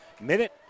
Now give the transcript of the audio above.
minute